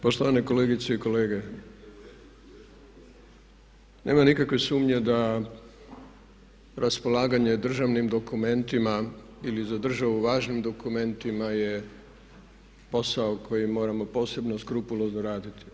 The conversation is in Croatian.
Poštovane kolegice i kolege, nema nikakve sumnje da raspolaganje državnim dokumentima ili za državu važnim dokumentima je posao koji moramo posebno skrupulozno raditi.